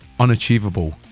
Unachievable